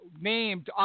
named